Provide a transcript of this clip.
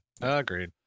Agreed